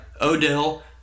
Odell